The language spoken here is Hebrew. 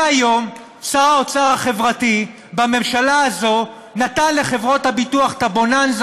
מהיום שר האוצר החברתי בממשלה הזאת נתן לחברות הביטוח את הבוננזה